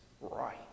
right